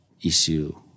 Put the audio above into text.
issue